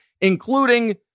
including